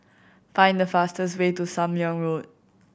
find the fastest way to Sam Leong Road